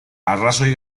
arrazoi